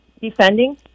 Defending